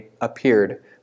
appeared